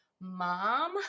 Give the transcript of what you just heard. mom